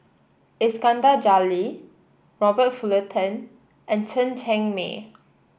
Iskandar Jalil Robert Fullerton and Chen Cheng Mei